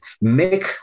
make